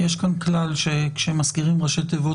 יש כאן כלל שכשמזכירים ראשי תיבות,